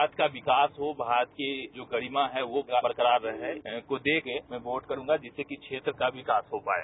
भारत का विकास हो भारत की गरिमा है वह बरकरार रहे को देखते हुये वोट करूंगा जिससे की क्षेत्र का विकास हो सके